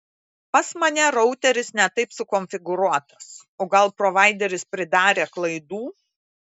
pas mane routeris ne taip sukonfiguruotas o gal provaideris pridarė klaidų